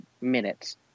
minutes